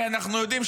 הרי אנחנו יודעים,